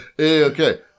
okay